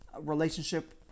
relationship